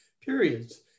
periods